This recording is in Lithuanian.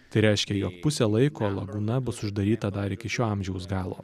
tai reiškia jog pusę laiko lagūna bus uždaryta dar iki šio amžiaus galo